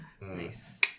Nice